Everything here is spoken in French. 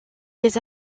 des